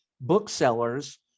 booksellers